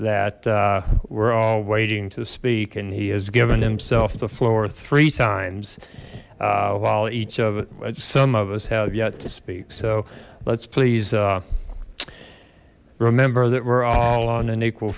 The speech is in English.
that we're all waiting to speak and he has given himself the floor three times while each of some of us have yet to speak so let's please remember that we're all on an equal